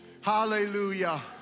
Hallelujah